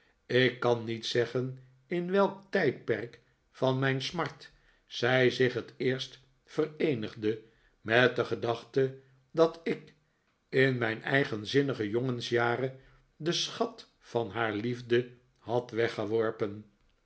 ik kan niet zeggen in welk tijdperk van mijn smart zij zich het eerst vereenigde met de gedachte dat ik in mijn eigenzinnige jongensjaren den schat van haar liefde had weggeworpen